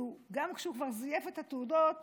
גם כשהוא כבר זייף את התעודות